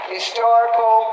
Historical